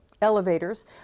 elevators